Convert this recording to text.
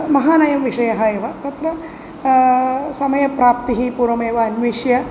महान् अयं विषयः एव तत्र समयप्राप्तिः पूर्वमेव अन्विष्य